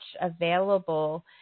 available